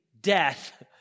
death